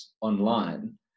online